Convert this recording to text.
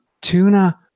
Tuna